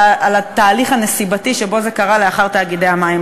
על התהליך הנסיבתי שבו זה קרה לאחר הקמת תאגידי המים.